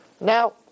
Now